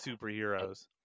superheroes